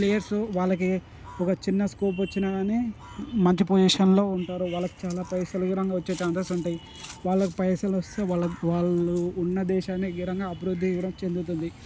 players వాళ్ళకి ఒక చిన్న స్కోప్ వచ్చినా కాని మంచి పొజిషన్లో ఉంటారు వాళ్ళకి చాలా పైసలు గుటంగా వచ్చే ఛాన్సెస్ ఉంటాయి వాళ్ళకి పైసలు వస్తూ వాళ్ళు వాళ్ళు ఉన్న దేశాన్ని గిరంగ అభివృద్ధి కూడా చెందుతుంది